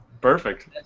Perfect